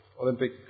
Olympic